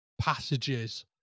passages